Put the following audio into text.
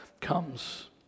comes